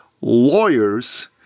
lawyers